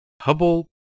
Hubble